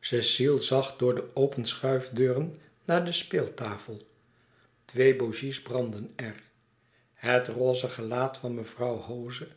cecile zag door de open schuifdeuren naar de speeltafel twee bougies brandden er het roze gelaat van mevrouw hoze